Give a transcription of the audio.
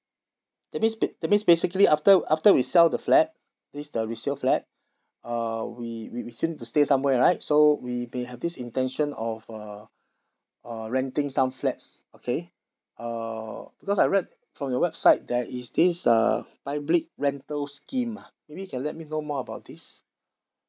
that means ba~ that means basically after after we sell the flat this the resale flat uh we we we still need to stay somewhere right so we may have this intention of uh uh renting some flats okay uh because I read from your website there is this uh public rental scheme ah maybe you can let me know more about this